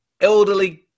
elderly